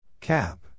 Cap